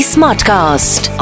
Smartcast